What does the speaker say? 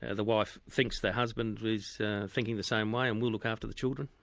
and the wife thinks the husband is thinking the same way and will look after the children.